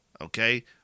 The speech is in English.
Okay